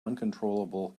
uncontrollable